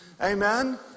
Amen